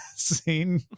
Scene